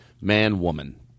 man-woman